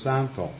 Santo